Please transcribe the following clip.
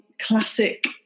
classic